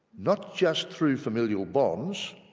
not just through familial bonds